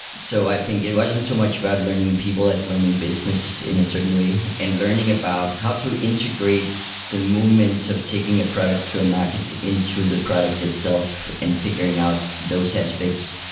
so i think it wasn't too much about learning people as learning business in a certain way, and learning about how to integrate the moment of taking a product to a market into the product itself and figuring out those aspects.